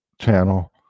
channel